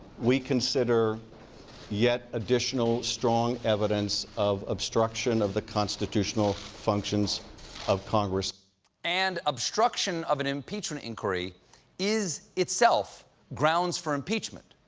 we consider yet additional strong evidence of obstruction of the constitutional functions of congress. stephen and obstruction of an impeachment inquiry is itself grounds for impeachment.